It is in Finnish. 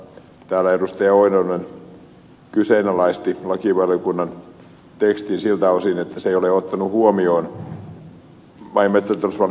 pentti oinonen kyseenalaisti lakivaliokunnan tekstin siltä osin että se ei ole ottanut huomioon maa ja metsätalousvaliokunnan lausuntoa